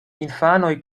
infanoj